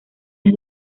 las